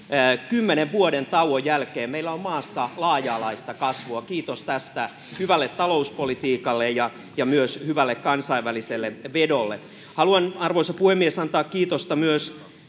kymmenen vuoden tauon jälkeen meillä on maassa laaja alaista kasvua kiitos tästä hyvälle talouspolitiikalle ja ja myös hyvälle kansainväliselle vedolle haluan arvoisa puhemies antaa kiitosta myös